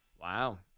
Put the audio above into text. Wow